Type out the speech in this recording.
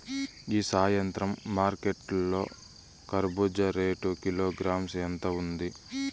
ఈ సాయంత్రం మార్కెట్ లో కర్బూజ రేటు కిలోగ్రామ్స్ ఎంత ఉంది?